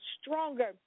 stronger